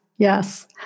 Yes